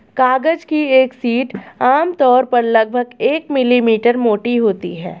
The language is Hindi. कागज की एक शीट आमतौर पर लगभग एक मिलीमीटर मोटी होती है